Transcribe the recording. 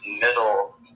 middle